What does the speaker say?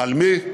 על מי?